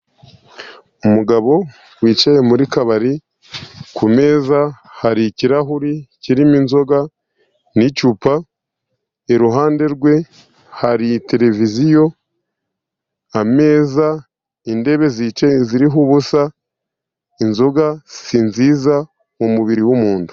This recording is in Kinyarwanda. Umugabo wicaye muri kabari, kumeza hari ikirahuri kirimo inzoga n'icupa, iruhande rwe hari tereviziyo, ameza, intebe ziriho ubusa, inzoga si nziza ku mubiri w'umuntu.